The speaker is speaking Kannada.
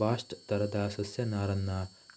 ಬಾಸ್ಟ್ ತರದ ಸಸ್ಯ ನಾರನ್ನ